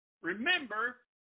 Remember